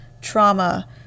trauma